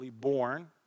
born